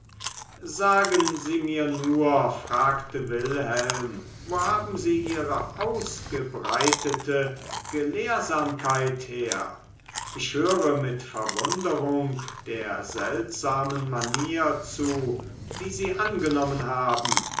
sagen sie mir nur fragte wilhelm wo haben sie ihre ausgebreitete gelehrsamkeit her ich höre mit verwunderung der seltsamen manier zu die sie angenommen haben